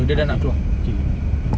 okay K